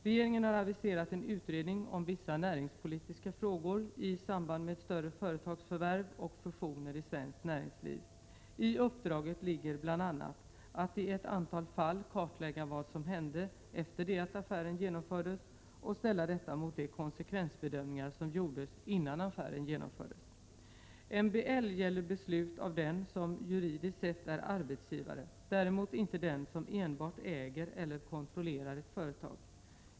Regeringen har aviserat en utredning om vissa näringspolitiska frågor i samband med större företagsförvärv och fusioner i svenskt näringsliv. I uppdraget ligger bl.a. att i ett antal fall kartlägga vad som hände efter det att affären genomfördes och ställa detta mot de konsekvensbedömningar som gjordes innan affären genomfördes. MBL gäller beslut av den som juridiskt sett är arbetsgivare, däremot inte den som enbart äger eller kontrollerar ett företag.